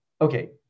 Okay